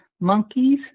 monkeys